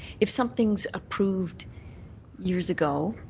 if something's approved years ago,